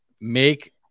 Make